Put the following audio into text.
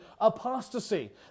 apostasy